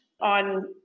on